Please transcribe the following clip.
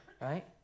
right